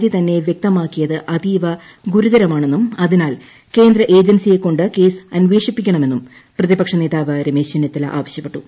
G തന്നെ വ്യക്തമാക്കിയത് അതീവ ഗുരുതരമാണെന്നും അതിനാൽ കേന്ദ്ര ഏജൻസിയെകൊണ്ട് കേസ് അന്വേഷിപ്പിക്കണമെന്നും പ്രതിപക്ഷ് നേതാവ് രമേശ് ചെന്നിത്തല ആവശ്യപ്പെട്ടു